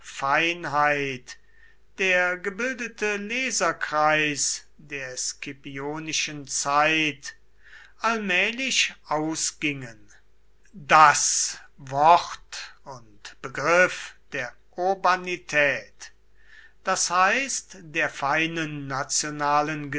feinheit der gebildete leserkreis der scipionischen zeit allmählich ausgingen daß wort und begriff der urbanität das heißt der feinen nationalen